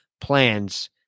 plans